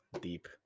Deep